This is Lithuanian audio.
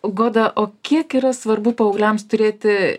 goda o kiek yra svarbu paaugliams turėti